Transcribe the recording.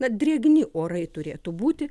na drėgni orai turėtų būti